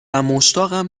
مشتاقم